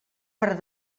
per